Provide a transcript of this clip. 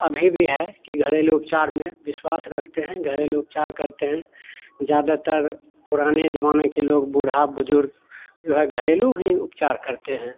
अभी भी है कि घरेलू उपचार में विश्वास रखते हैं घरेलू उपचार करते हैं ज़्यादातर पुराने ज़माने के लोग बूढ़ा बुज़ुर्ग जो है घरेलू ही उपचार करते हैं